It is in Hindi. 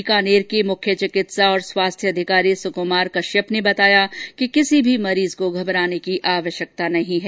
बीकानेर के मुख्य चिकित्सा और स्वास्थ्य अधिकारी सुकमार कश्यप ने बताया कि किसी भी मरीज को घबराने की आवश्यकता नहीं है